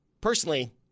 Personally